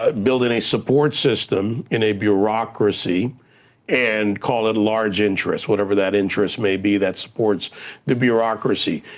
ah building a support system in a bureaucracy and call it large interest, whatever that interest may be that supports the bureaucracy.